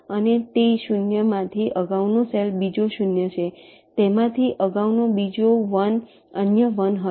અને તે 0માંથી અગાઉનો સેલ બીજો 0 છે તેમાંથી અગાઉનો બીજો 1 અન્ય 1 હશે